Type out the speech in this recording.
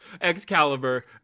Excalibur